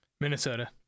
Minnesota